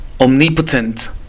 Omnipotent